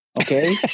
Okay